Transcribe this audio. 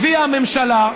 הביאה הממשלה,